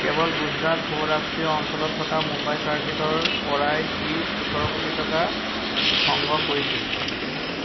কেৱল গুজৰাট সৌৰাষ্ট্ৰীয় অঞ্চলত থকা মুম্বাই চাৰ্কিটৰপৰাই ই ওঠৰ কোটি টকা সংগ্ৰহ কৰিছিল